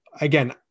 again